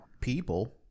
people